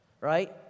Right